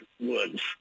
woods